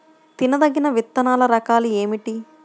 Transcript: తినదగిన విత్తనాల రకాలు ఏమిటి?